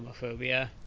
homophobia